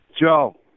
Joe